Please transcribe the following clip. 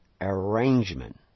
arrangement